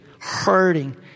hurting